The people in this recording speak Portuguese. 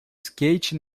skate